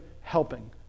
helping